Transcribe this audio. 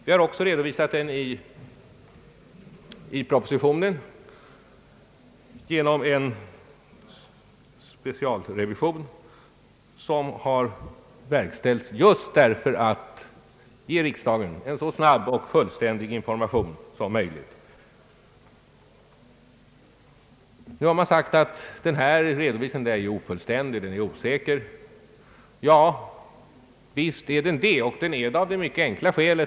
Vi har också redovisat den i propositionen genom en specialrevision, som har verkställts just för att vi skulle kunna ge riksdagen en så snabb och fullständig information som möjligt. Man har sagt att redovisningen är ofullständig och osäker. Ja, visst är den det, men av ett mycket enkelt skäl.